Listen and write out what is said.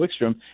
Wickstrom